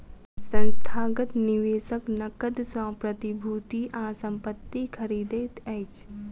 संस्थागत निवेशक नकद सॅ प्रतिभूति आ संपत्ति खरीदैत अछि